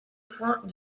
point